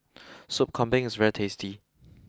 Sop Kambing is very tasty